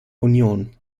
union